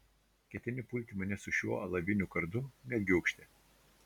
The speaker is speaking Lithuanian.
ketini pulti mane su šiuo alaviniu kardu mergiūkšte